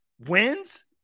wins